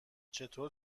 چطور